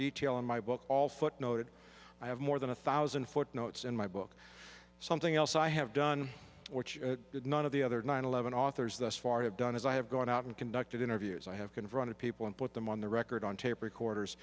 detail in my book all footnoted i have more than a thousand footnotes in my book something else i have done which none of the other nine eleven authors thus far have done as i have gone out and conducted interviews i have confronted people and put them on the record on tape recorders